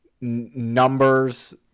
numbers